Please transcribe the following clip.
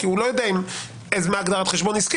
כי הוא לא יודע מה הגדרת חשבון עסקי,